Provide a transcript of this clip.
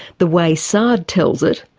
the way saad tells it,